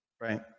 Right